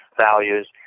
values